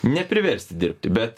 ne priversti dirbti bet